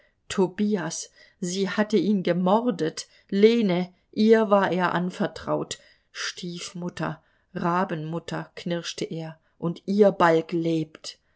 sie hatte ihn gemordet lene ihr war er anvertraut stiefmutter rabenmutter knirschte er und ihr balg lebt